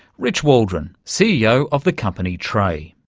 rich waldron, ceo of the company tray.